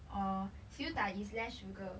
or siew dai is less sugar